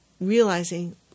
realizing